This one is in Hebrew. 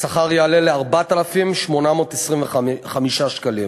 השכר יעלה ל-4,825 שקלים.